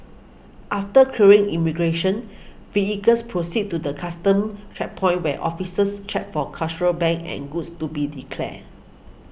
after clearing immigration vehicles proceed to the Customs checkpoint where officers check for contraband and goods to be declared